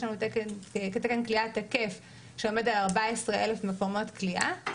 לנו תקן כליאה תקף שעומד על 14,000 מקומות כליאה,